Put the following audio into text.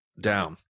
down